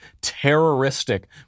terroristic